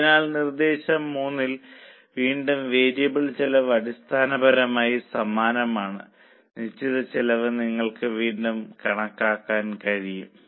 അതിനാൽ നിർദ്ദേശം 3 ൽ വീണ്ടും വേരിയബിൾ ചെലവ് അടിസ്ഥാനപരമായി സമാനമാണ് നിശ്ചിത ചെലവ് നിങ്ങൾക്ക് വീണ്ടും കണക്കാക്കാൻ കഴിയും